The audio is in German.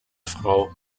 frau